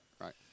right